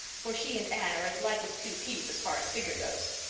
for she and anne are as like as two peas as far as figure goes.